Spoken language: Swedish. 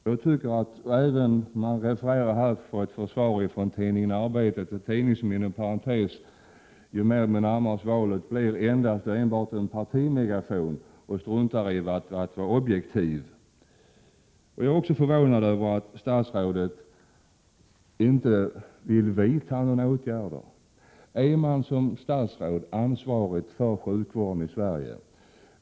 Utrikesministerns uttalande hade föranletts av ett referat i tidningen Arbetet, en tidning som, inom parentes sagt, ju närmare vi kommer valet, blir alltmer av en partimegafon och struntar i att vara objektiv. Jag är förvånad över att statsrådet inte vill vidta några åtgärder.